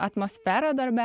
atmosferą darbe